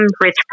rich